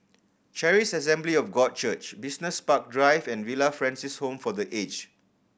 Charis Assembly of God Church Business Park Drive and Villa Francis Home for The Aged